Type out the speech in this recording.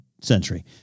century